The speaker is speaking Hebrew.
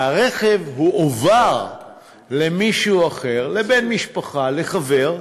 שהרכב הועבר למישהו אחר, לבן משפחה, לחבר,